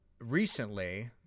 recently